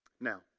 Now